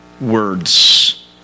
words